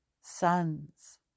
sons